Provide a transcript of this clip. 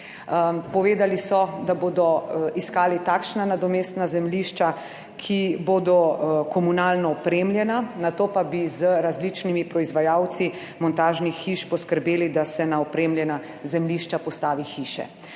Povedali so, da bodo iskali takšna nadomestna zemljišča, ki bodo komunalno opremljena, nato pa bi z različnimi proizvajalci montažnih hiš poskrbeli, da se na opremljena zemljišča postavi hiše.